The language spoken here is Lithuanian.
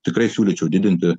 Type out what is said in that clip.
tikrai siūlyčiau didinti